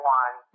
one